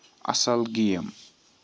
اَصٕل گیم